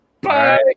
Bye